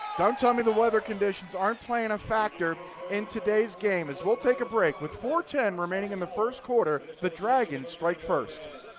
don't tell me the weather conditions aren't playing a factor in today's game. we will take a break with four ten remaining in the first quarter. the dragons strike first.